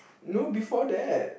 no before that